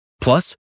Plus